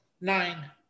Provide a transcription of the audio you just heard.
Nine